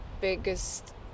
biggest